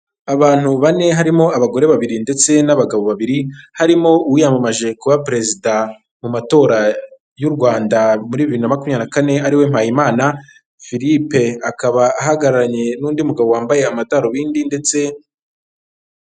Abantu bane harimo abagore babiri ndetse n'abagabo babiri, harimo uwiyamamaje kuba perezida mu matora y'u Rwanda muri bibiri na makumyabiri na kane ariwe Mpayimana philippe akaba ahagararanye n'undi mugabo wambaye amadarubindi ndetse...